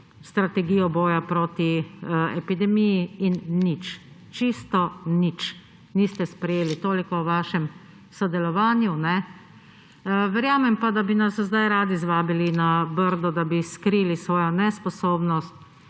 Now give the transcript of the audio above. strategijo boja proti epidemiji, in nič, čisto nič niste sprejeli. Toliko o vašem sodelovanju. Verjamem pa, da bi nas zdaj radi zvabili na Brdo, da bi skrili svojo nesposobnost,